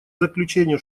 заключению